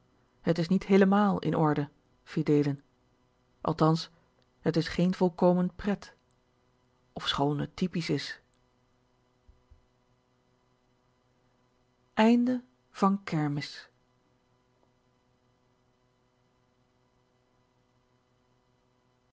het is niet héélemaal in orde fideelen althans het is geen volkomen prèt ofschoon het typisch is